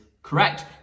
correct